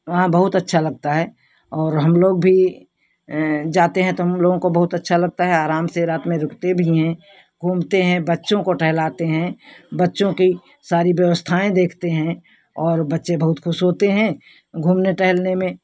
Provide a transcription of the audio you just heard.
वहाँ बहुत अच्छा लगता है और हम लोग भी जाते हैं तो हम लोगों को बहुत अच्छा लगता है आराम से रात में रुकते भी हैं घूमते हैं बच्चों को टहलाते हैं बच्चों की सारी व्यवस्थाएँ देखते हैं और बच्चे बहुत खुश होते हैं घूमने टहलने में